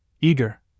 Eager